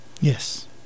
yes